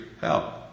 help